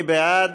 מי בעד?